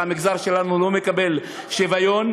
שהמגזר שלנו לא מקבל שוויון,